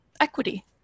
equity